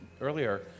earlier